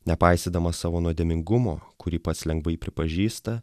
nepaisydamas savo nuodėmingumo kurį pats lengvai pripažįsta